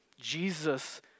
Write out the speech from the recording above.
Jesus